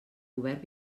govern